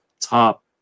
top